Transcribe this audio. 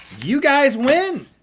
you guys win!